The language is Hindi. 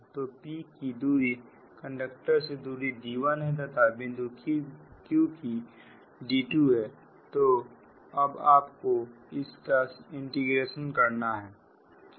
तो p की कंडक्टर से दूरी D1 है तथा बिंदु q की D2 है तो अब आपको इसे समाकलन करना है